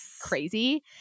crazy